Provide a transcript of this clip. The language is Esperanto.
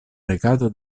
regado